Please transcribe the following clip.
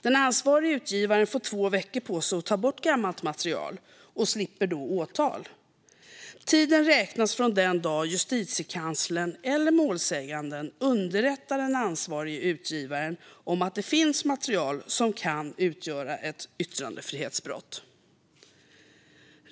Den ansvarige utgivaren får två veckor på sig att ta bort gammalt material och slipper då åtal. Tiden räknas från den dag Justitiekanslern eller målsäganden underrättar den ansvarige utgivaren om att det finns material som kan utgöra ett yttrandefrihetsbrott.